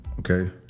Okay